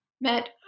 met